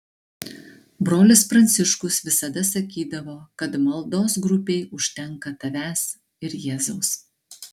brolis pranciškus visada sakydavo kad maldos grupei užtenka tavęs ir jėzaus